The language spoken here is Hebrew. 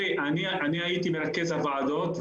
אני הייתי מרכז הוועדות,